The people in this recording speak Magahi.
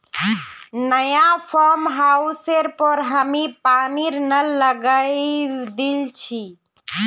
नया फार्म हाउसेर पर हामी पानीर नल लगवइ दिल छि